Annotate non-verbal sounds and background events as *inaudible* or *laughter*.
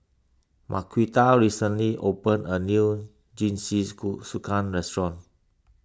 Marquita recently opened a new *unintelligible* restaurant